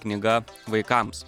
knyga vaikams